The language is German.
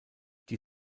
die